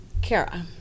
Kara